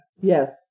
Yes